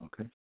Okay